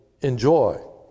enjoy